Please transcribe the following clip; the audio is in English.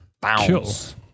bounce